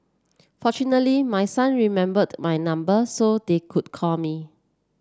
fortunately my son remembered my number so they could call me